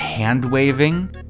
hand-waving